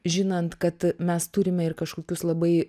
žinant kad mes turime ir kažkokius labai